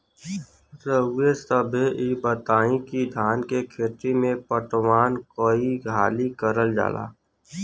रउवा सभे इ बताईं की धान के खेती में पटवान कई हाली करल जाई?